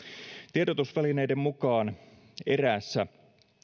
tiedotusvälineiden mukaan eräässä